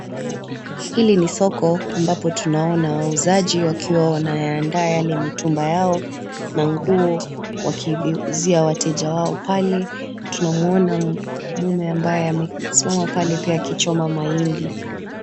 Hili ni soko ambapo tunaona wauzaji wakiwa wanaanda mitumba yao na nguo wakivizia wateja wao pale tunamuona mume ambaye akichoma mahindi.